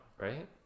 right